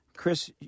Chris